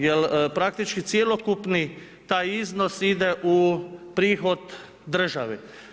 Jer praktički cjelokupni taj iznos ide u prihod državi.